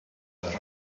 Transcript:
early